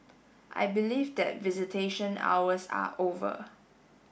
I believe that visitation hours are over